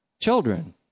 children